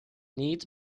needs